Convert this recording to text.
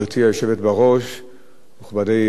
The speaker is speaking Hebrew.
תודה רבה, מכובדי השר, חברי חברי הכנסת,